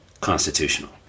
constitutional